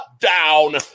down